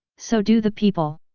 so do the people.